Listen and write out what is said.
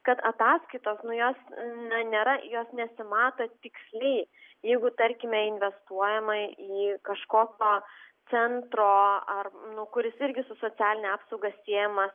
kad ataskaitos nu jos na rėra jos nesimato tiksliai jeigu tarkime investuojama į kažkokio centro ar nu kuris irgi su socialine apsauga siejama